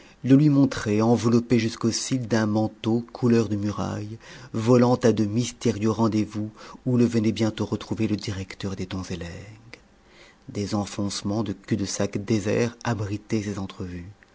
le lui montrait enveloppé jusqu'aux cils d'un manteau couleur de muraille volant à de mystérieux rendez-vous où le venait bientôt retrouver le directeur des dons et legs des enfoncements de culs-de-sac déserts abritaient ces entrevues